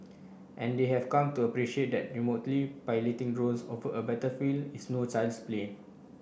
and they have come to appreciate that remotely piloting drones over a battlefield is no child's play